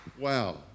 Wow